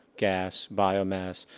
gas, biomass,